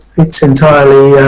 it's entirely